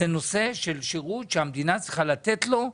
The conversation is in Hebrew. זה נושא של שירות שהמדינה צריכה לתת לו,